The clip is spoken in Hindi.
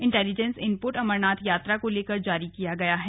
इंटेलिजेंस इनपुट अमरनाथ यात्रा को लेकर जारी किया गया है